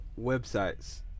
websites